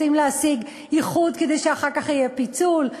רוצים להשיג איחוד כדי שאחר כך יהיה פיצול?